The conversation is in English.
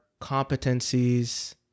competencies